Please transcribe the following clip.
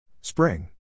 Spring